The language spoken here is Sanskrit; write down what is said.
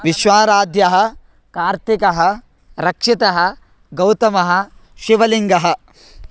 विश्वाराध्या कार्तिकः रक्षितः गौतमः शिवलिङ्गः